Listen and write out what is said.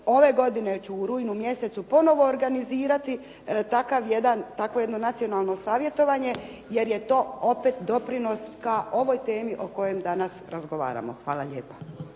Ove godine ću u rujnu mjesecu ponovo organizirati takvo jedno nacionalno savjetovanje jer je to opet doprinos ka ovoj temi o kojoj danas razgovaramo. Hvala lijepo.